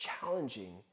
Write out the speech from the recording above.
challenging